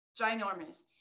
ginormous